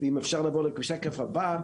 אם אפשר לעבור לשקף הבא,